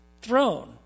throne